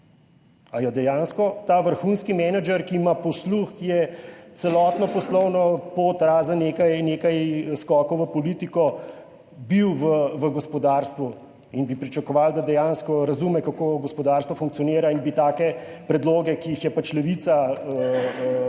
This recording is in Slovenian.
je dejansko ta vrhunski menedžer, ki ima posluh, ki je celotno poslovno pot razen nekaj skokov v politiko bil v gospodarstvu in bi pričakovali, da dejansko razume kako gospodarstvo funkcionira in bi take predloge, ki jih je Levica sforsirala,